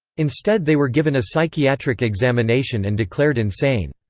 instead they were given a psychiatric examination and declared insane.